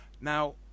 Now